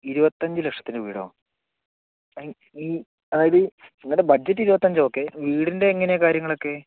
ഇരുപത്തിയഞ്ച് ലക്ഷത്തിനു വീടോ അയ് ഈ അതായത് നിങ്ങടെ ബഡ്ജറ്റ് ഇരുപത്തിയഞ്ച് ഓക്കെ വീടിൻ്റെ എങ്ങനെയാ കാര്യങ്ങളൊക്കെ